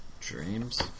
dreams